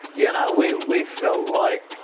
yeah we we felt like.